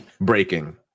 breaking